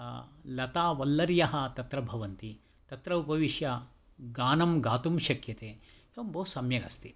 लतावल्लर्यः तत्र भवन्ति तत्र उपविश्य गानं गातुं शक्यते एवं बहु सम्यक् अस्ति